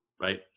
right